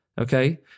okay